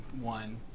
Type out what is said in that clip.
one